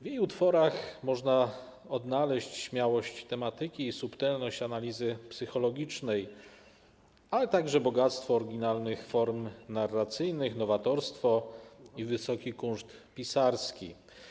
W jej utworach można odnaleźć śmiałość tematyki i subtelność analizy psychologicznej, ale także bogactwo oryginalnych form narracyjnych, nowatorstwo i wysoki kunszt pisarski.